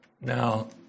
Now